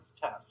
test